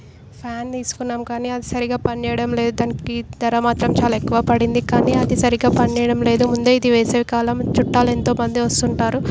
fan తీసుకున్నాం కానీ అది సరిగ్గా పనిచేయటం లేదు దానికి ధర మాత్రం చాలా ఎక్కువ పడింది కానీ అది సరిగ్గా పనిచేయటం లేదు ముందే ఇది వేసవికాలం చుట్టాలు ఎంతోమంది వస్తుంటారు